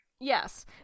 Yes